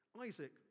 Isaac